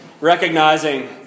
recognizing